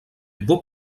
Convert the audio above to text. beau